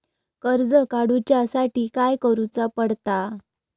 कर्ज काडूच्या साठी काय करुचा पडता?